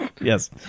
Yes